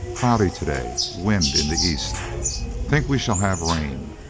cloudy today, wind in the east think we shall have rain.